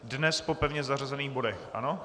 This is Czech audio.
Dnes po pevně zařazených bodech, ano?